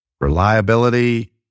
reliability